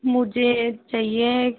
मुझे चाहिए